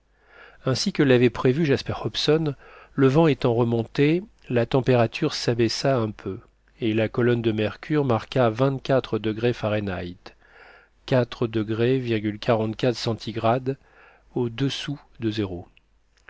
ainsi que l'avait prévu jasper hobson le vent étant remonté la température s'abaissa un peu et la colonne de mercure marqua vingt-quatre degrés fahrenheit